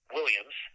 Williams